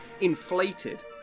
inflated